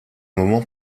moment